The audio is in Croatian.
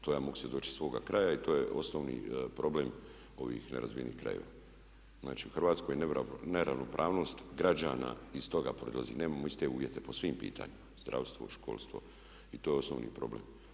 To ja mogu svjedočiti sa svoga kraja i to je osnovni problem ovih nerazvijenih krajeva, znači u Hrvatskoj neravnopravnost građana iz toga proizlazi, nemamo iste uvjete po svim pitanjima, zdravstvo, školstvo i to je osnovni problem.